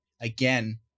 again